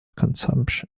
consumption